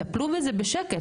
טפלו בזה בשקט.